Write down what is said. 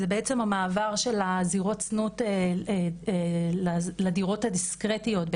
המעבר של זירות הזנות לדירות הדיסקרטיות.